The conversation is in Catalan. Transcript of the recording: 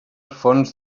fons